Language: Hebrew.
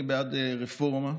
אני בעד רפורמה,